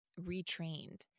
retrained